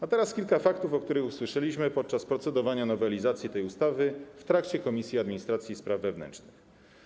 A teraz kilka faktów, o których usłyszeliśmy podczas procedowania nad nowelizacją tej ustawy w Komisji Administracji i Spraw Wewnętrznych.